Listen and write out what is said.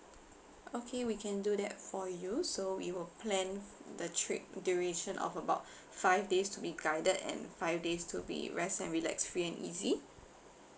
okay we can do that for you so we will plan the trip duration of about five days to be guided and five days to be rest and relax free and easy